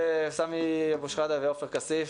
סמי אבו שחאדה ועופר כסיף,